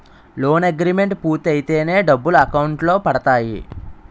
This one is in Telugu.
లోన్ అగ్రిమెంట్ పూర్తయితేనే డబ్బులు అకౌంట్ లో పడతాయి